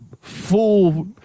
full